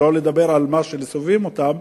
שלא לדבר על אלה שסובבים אותם,